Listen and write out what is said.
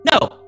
no